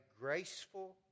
graceful